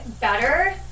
better